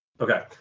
Okay